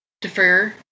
defer